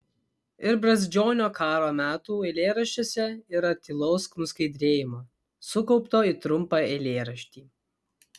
ir brazdžionio karo metų eilėraščiuose yra tylaus nuskaidrėjimo sukaupto į trumpą eilėraštį